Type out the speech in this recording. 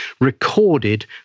recorded